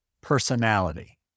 personality